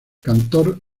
cantor